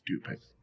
stupid